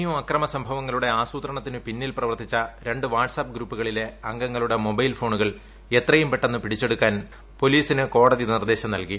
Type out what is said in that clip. U അക്രമ സംഭവങ്ങളുടെ ആസൂത്രണത്തിന് പിന്നിൽ പ്രവർത്തിച്ച ര് വാട്ട്സ്ആപ്പ് ഗ്രൂപ്പുകളില്ലെ അംഗങ്ങളുടെ മൊബൈൽ ഫോണുകൾ എത്രയും പെട്ടെന്ന് പ്പിടിച്ചെടുക്കാൻ പൊലീസിന് കോടതി നിർദ്ദേശം നൽകി